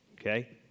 okay